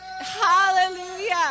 Hallelujah